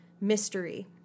Mystery